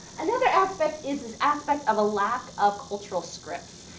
another aspect is this aspect of a lack of cultural scripts.